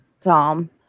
Tom